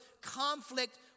conflict